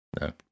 No